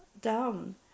down